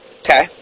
Okay